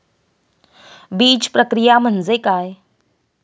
बीजप्रक्रिया म्हणजे काय?